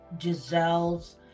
Giselle's